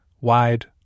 wide